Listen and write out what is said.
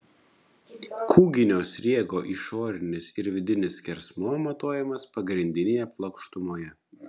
kūginio sriegio išorinis ir vidinis skersmuo matuojamas pagrindinėje plokštumoje